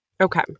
Okay